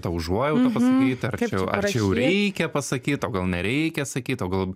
tą užuojautą pasakyti ar čia jau ar čia jau reikia pasakyt o gal nereikia sakyt o gal